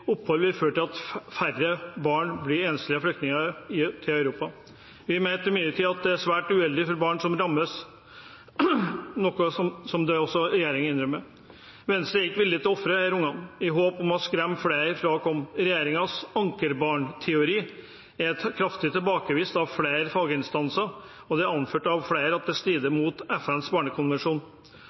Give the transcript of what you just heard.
opphold vil føre til at færre barn blir enslige flyktninger til Europa. Vi mente imidlertid at det er svært uheldig for barn som rammes, noe regjeringen også innrømmer. Venstre er ikke villig til å ofre disse ungene i håp om å skremme flere fra å komme. Regjeringens ankerbarn-teori er kraftig tilbakevist av flere faginstanser, og det er anført av flere at det strider mot FNs barnekonvensjon.